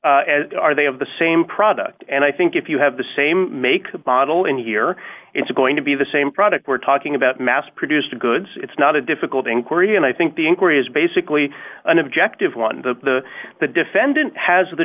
as are they of the same product and i think if you have the same make model in here it's going to be the same product we're talking about mass produced goods it's not a difficult inquiry and i think the inquiry is basically an objective one the the defendant has the